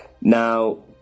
now